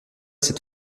cette